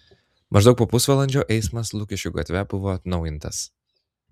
maždaug po pusvalandžio eismas lukiškių gatve buvo atnaujintas